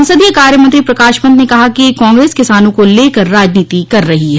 संसदीय कार्य मंत्री प्रकाश पंत ने कहा कि कांग्रेस किसानों को लेकर राजनीति कर रही है